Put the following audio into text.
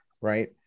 right